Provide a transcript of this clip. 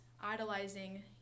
idolizing